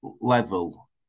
level